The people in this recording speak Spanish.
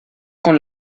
con